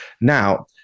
Now